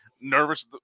nervous